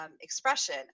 expression